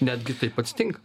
netgi taip atsitinka